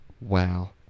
Wow